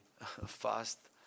fast